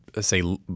say